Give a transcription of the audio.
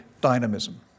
dynamism